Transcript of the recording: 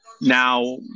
now